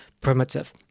primitive